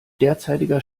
derzeitiger